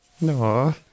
No